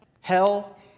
hell